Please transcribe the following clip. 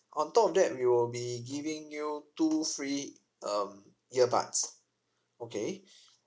on top of that we will be giving you two free um earbuds okay